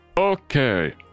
Okay